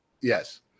Yes